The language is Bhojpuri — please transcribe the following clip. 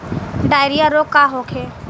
डायरिया रोग का होखे?